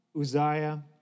Uzziah